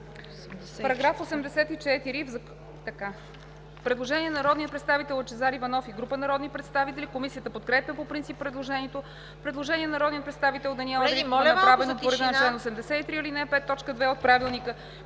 По § 73 има предложение на народния представител Лъчезар Иванов и група народни представители. Комисията подкрепя по принцип предложението. Предложение на народния представител Даниела Дариткова, направено по реда на чл. 83, ал. 5, т. 2 от Правилника